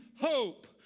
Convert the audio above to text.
hope